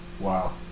Wow